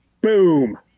boom